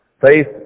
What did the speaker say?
Faith